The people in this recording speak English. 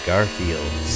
Garfield